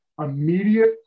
immediate